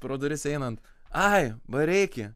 pro duris einant ai bareiki